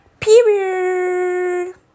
period